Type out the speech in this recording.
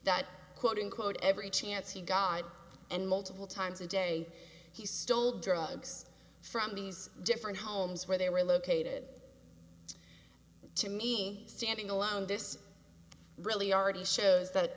that quote unquote every chance he god and multiple times a day he stole drugs from these different homes where they were located to me standing alone this really already shows that